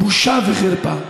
בושה וחרפה.